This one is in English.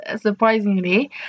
surprisingly